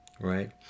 right